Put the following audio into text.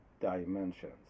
dimensions